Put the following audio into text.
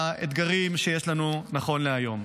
באתגרים שיש לנו נכון להיום.